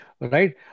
right